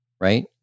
Right